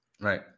Right